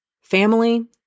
family